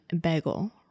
bagel